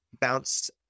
bounce